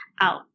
out